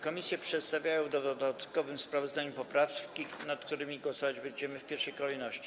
Komisja przedstawia w dodatkowym sprawozdaniu poprawki, nad którymi głosować będziemy w pierwszej kolejności.